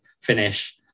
finish